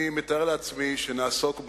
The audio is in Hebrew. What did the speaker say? אני מתאר לעצמי שנעסוק בהם,